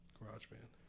GarageBand